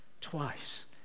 twice